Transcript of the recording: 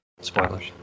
Spoilers